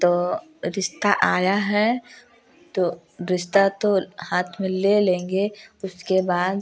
तो रिश्ता आया है तो रिश्ता तो हाथ में ले लेंगे उसके बाद